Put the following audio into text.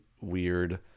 weird